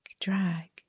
Drag